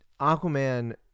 Aquaman